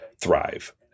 thrive